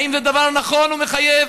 האם זה דבר נכון ומחייב?